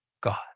God